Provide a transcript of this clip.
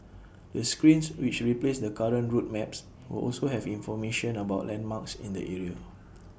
the screens which replace the current route maps will also have information about landmarks in the area